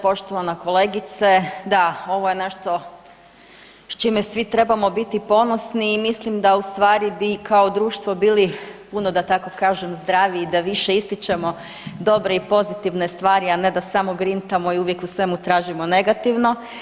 Poštovana kolegice, da, ovo je nešto s čime svi trebamo biti ponosni i mislim da ustvari bi kao društvo bili puno da tako kažem, zdraviji, da više ističemo dobre i pozitivne stvari a ne da samo grintamo i uvijek u svemu tražimo negativno.